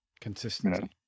Consistency